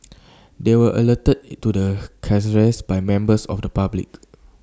they were alerted to the carcasses by members of the public